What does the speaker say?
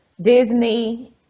disney